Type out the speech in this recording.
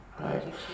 Right